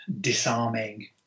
disarming